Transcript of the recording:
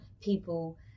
people